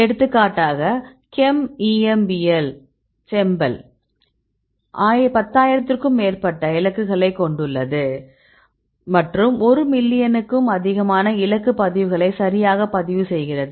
எடுத்துக்காட்டாக ChEMBEL ChEMBL 10000க்கும் மேற்பட்ட இலக்குகளைக் கொண்டுள்ளது மற்றும் ஒரு மில்லியனுக்கும் அதிகமான இலக்கு பதிவுகளை சரியாக பதிவு செய்கிறது